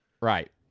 Right